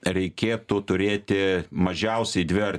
reikėtų turėti mažiausiai dvi ar